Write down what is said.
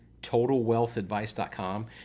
totalwealthadvice.com